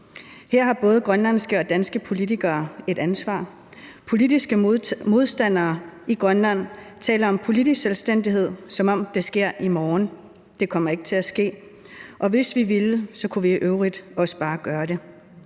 Her har både grønlandske og danske politikere et ansvar. Politiske modstandere i Grønland taler om politisk selvstændighed, som om det sker i morgen. Det kommer ikke til at ske. Og hvis vi ville, kunne vi i øvrigt også bare gøre det.